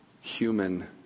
human